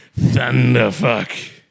thunderfuck